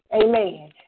amen